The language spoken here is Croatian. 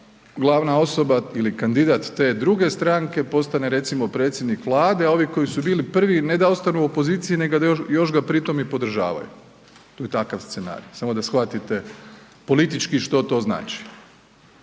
glavna osoba ili kandidat te druge stranke postane recimo predsjednik Vlade, a ovi koji su bili prvi, ne da ostanu u opoziciji, nego da još ga pri tom i podržavaju, to je takav scenarij, samo da shvatite politički što to znači.